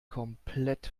komplett